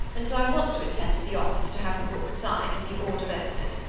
and so i want to attend at the office to have the book signed, and the order entered.